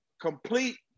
complete